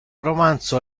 romanzo